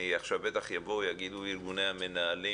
עכשיו בטח יבואו יגידו ארגוני המנהלים